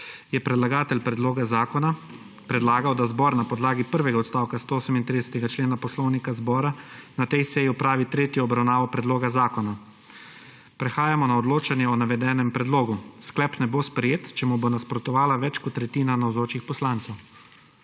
je predlagatelj predloga zakona predlagal, da zbor na podlagi prvega odstavka 138. člena poslovnika zbora na tej seji opravi tretjo obravnavo predloga zakona. Prehajamo na odločanje o navedenem predlogu. Sklep ne bo sprejet, če mu bo nasprotovala več kot tretjina navzočih poslancev.